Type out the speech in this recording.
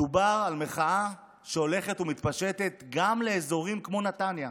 מדובר על מחאה שהולכת ומתפשטת גם לאזורים כמו נתניה.